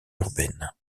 urbaine